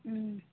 ও